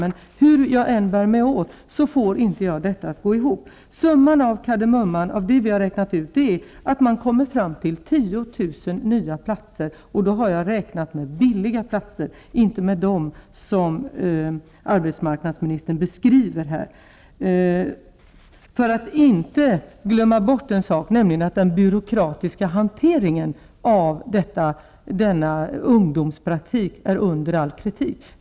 Men hur jag än bär mig åt får jag inte detta att gå ihop. Summan av kardemumman när det gäller det som vi har räknat ut är att det blir fråga om 10 000 nya platser, och då har jag räknat med billiga platser -- inte med sådana som arbetsmarknadsministern här beskriver. Sedan får vi inte glömma den byrå kratiska hanteringen av denna ungdomspraktik som är under all kritik.